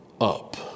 up